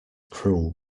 cruel